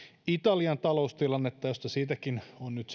italian taloustilannetta josta siitäkin on nyt